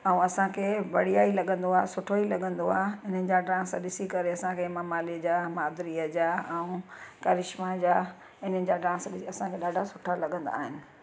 ऐं असांखे बढ़िया ई लॻंदो आहे सुठो ई लॻंदो आहे हिननि जा डांस ॾिसी करे असांखे हेमा माली जा माधुरीअ जा ऐं करिश्मा जा हिननि जा डांस ॾिसी असांखे ॾाढा सुठा लॻंदा आहिनि